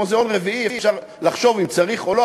מוזיאון רביעי אפשר לחשוב אם צריך או לא,